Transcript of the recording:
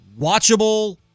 watchable